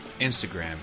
Instagram